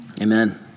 Amen